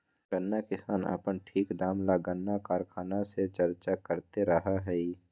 गन्ना किसान अपन ठीक दाम ला गन्ना कारखाना से चर्चा करते रहा हई